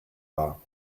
war